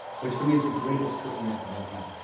which for me is the greatest cook app of all time.